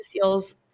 seals